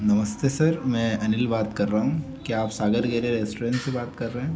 नमस्ते सर मैं अनिल बात कर रहा हूँ क्या आप सागर लेले रेस्टोरेंट से बात कर रहे हैं